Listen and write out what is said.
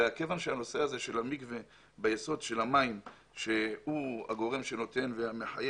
כיוון שנושא המקווה ביסוד של המים הוא הגורם שנותן ומחיה